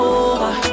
over